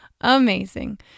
amazing